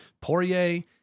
Poirier